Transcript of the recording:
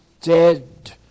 dead